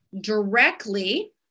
directly